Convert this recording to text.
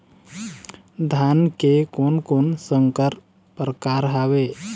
धान के कोन कोन संकर परकार हावे?